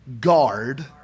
guard